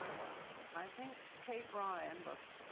i think kate ryan was, ah